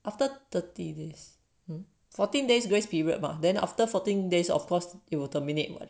after thirty days fourteen days grace period mah then after fourteen days of course it will terminate [what]